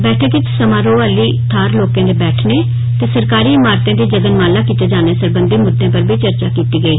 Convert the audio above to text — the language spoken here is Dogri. बैठक इच समारोह आली थ्हार लोकें दे बैठनें ते सरकारी इमारतें दी जगनमाला कीत्ते जाने सरबंधी मुद्दें पर बी चर्चा कीत्ती गेई